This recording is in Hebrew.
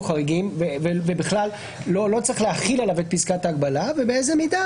חריגים ובכלל לא צריך להחיל עליו את פסקת ההגבלה ובאיזו מידה